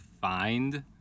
find